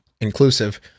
inclusive